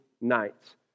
nights